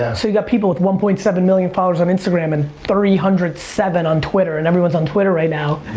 yeah. so you got people with one point seven million followers on instagram and three hundred and seven on twitter and everyone's on twitter right now.